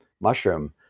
mushroom